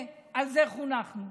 על זה חונכנו.